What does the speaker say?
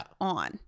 on